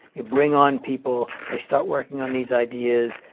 you bring on people. they start working on these ideas.